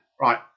Right